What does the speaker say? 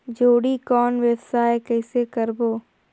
जोणी कौन व्यवसाय कइसे करबो?